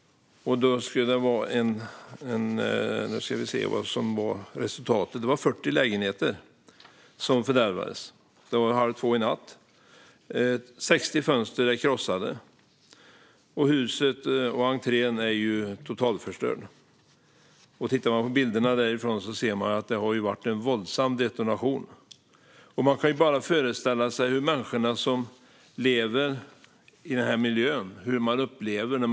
40 lägenheter fördärvades. 60 fönster krossades. Husets entré är totalförstörd. Tittar man på bilderna ser man att det var en våldsam detonation. Man kan bara föreställa sig hur människorna som lever i den här miljön upplever det.